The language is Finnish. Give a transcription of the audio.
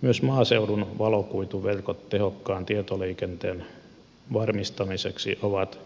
myös maaseudun valokuituverkot tehokkaan tietoliikenteen varmistamiseksi ovat